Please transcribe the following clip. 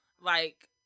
Like-